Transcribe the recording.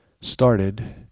started